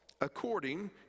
according